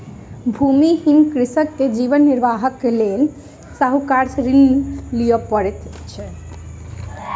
भूमिहीन कृषक के जीवन निर्वाहक लेल साहूकार से ऋण लिअ पड़ैत अछि